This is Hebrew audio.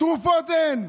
תרופות אין.